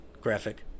graphic